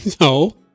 No